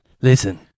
listen